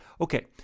okay